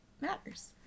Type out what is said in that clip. matters